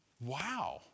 Wow